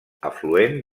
afluent